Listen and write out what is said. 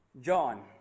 John